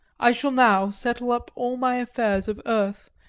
i shall now settle up all my affairs of earth,